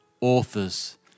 Authors